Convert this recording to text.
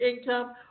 income